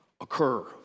occur